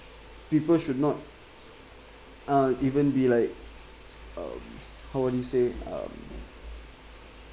people should not uh even ben like um how would do you say it um